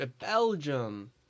Belgium